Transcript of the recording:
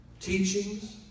teachings